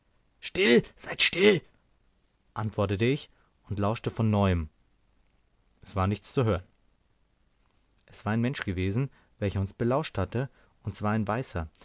still seid still antwortete ich und lauschte von neuem es war nichts zu hören es war ein mensch gewesen welcher uns belauscht hatte und zwar ein weißer